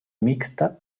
mixta